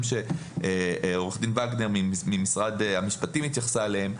שעו"ד וגנר ממשרד המשפטים התייחסה אליהם,